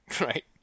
Right